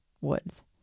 woods